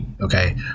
Okay